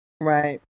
Right